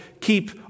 keep